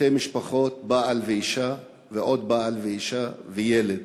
שתי משפחות: בעל ואישה ועוד בעל ואישה וילד.